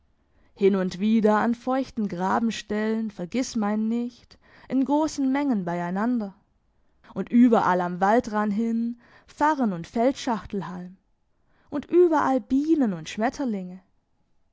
hin und wieder an feuchten grabenstellen vergissmeinnicht in grossen mengen bei einander und überall am waldrand hin farren und feldschachtelhalm und überall bienen und schmetterlinge